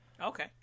Okay